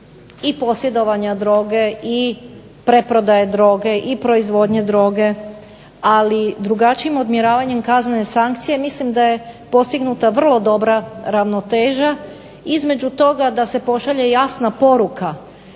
i posjedovanja droge i preprodaje droge i proizvodnje droge, ali drugačijim odmjeravanjem kaznene sankcije mislim da je postignuta vrlo dobra ravnoteža, između toga da se pošalje jasna poruka